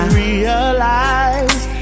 realize